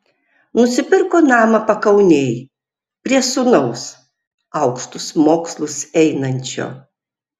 nusipirko namą pakaunėj prie sūnaus aukštus mokslus einančio